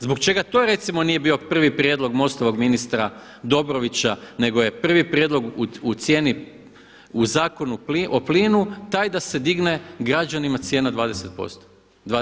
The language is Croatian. Zbog čega to recimo nije bio prvi prijedlog MOST-ovog ministra Dobrovića, nego je prvi prijedlog u cijeni, u Zakonu o plinu taj da se digne građanima cijena 25%